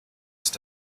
ist